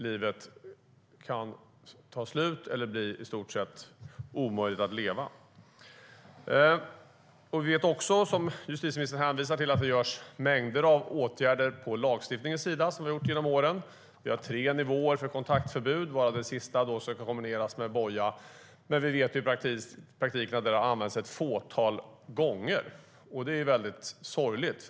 Livet kan ta slut eller bli i stort sett omöjligt att leva. Som justitieministern hänvisade till vidtas det och har vidtagits mängder av åtgärder genom åren när det gäller lagstiftningen. Vi har tre nivåer för kontaktförbud, varav den sista kan kombineras med boja. Men vi vet att det bara har använts ett fåtal gånger i praktiken. Det är sorgligt.